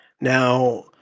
Now